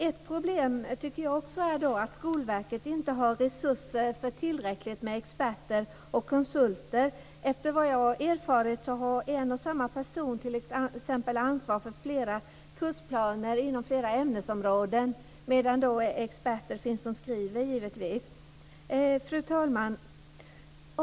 Ett problem är, tycker jag, att Skolverket inte har resurser för tillräckligt med experter och konsulter. Efter vad jag erfarit har en och samma person ansvar för kursplaner inom flera ämnesområden, medan det givetvis finns experter som skriver. Fru talman!